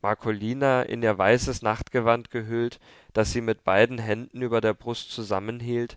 marcolina in ihr weißes nachtgewand gehüllt das sie mit beiden händen über der brust zusammenhielt